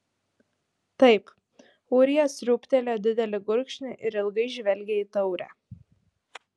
taip ūrija sriūbtelėjo didelį gurkšnį ir ilgai žvelgė į taurę